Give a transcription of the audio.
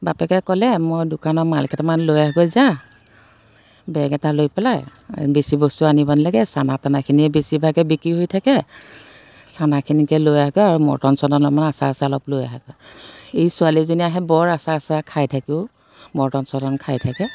বাপেকে ক'লে মই দোকানৰ মালকেইটামান লৈ আহগৈ যা বেগ এটা লৈ পেলাই বেছি বস্তু আনিব নালাগে চানা টানাখিনিয়ে বেছিভাগে বিক্ৰী হৈ থাকে চানাখিনিকে লৈ আহগৈ আৰু মৰ্টন চৰ্টন অলপমান আচাৰ চাচাৰ অলপ লৈ আহগৈ এই ছোৱালীজনী আহে বৰ আচাৰ চাচাৰ খাই থাকে অ' মৰ্টন চৰ্টন খাই থাকে